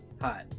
hot